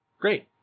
Great